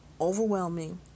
overwhelming